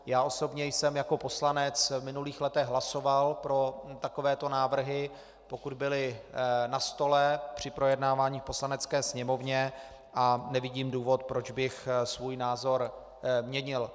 Já osobně jsem jako poslanec v minulých letech hlasoval pro takovéto návrhy, pokud byly na stole při projednávání v Poslanecké sněmovně, a nevidím důvod, proč bych svůj názor měnil.